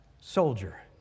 soldier